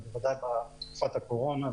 ובוודאי בתקופת הקורונה.